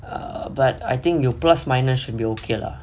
err but I think you plus minor should be okay lah